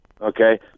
Okay